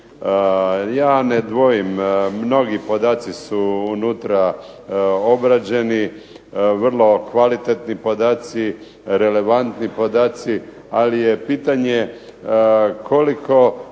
Ja ne dvojim mnogi podaci su unutra obrađeni, vrlo kvalitetni podaci, relevantni podaci ali je pitanje koliko